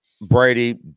Brady